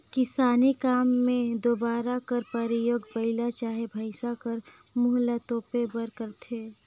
किसानी काम मे तोबरा कर परियोग बइला चहे भइसा कर मुंह ल तोपे बर करथे